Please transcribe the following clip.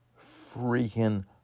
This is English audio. freaking